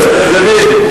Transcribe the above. אז בסדר.